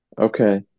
okay